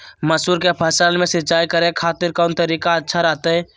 मसूर के फसल में सिंचाई करे खातिर कौन तरीका अच्छा रहतय?